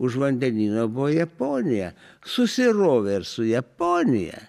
už vandenyno buvo japonija susirovė ir su japonija